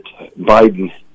Biden